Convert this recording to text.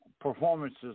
performances